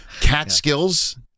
Catskills